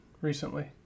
recently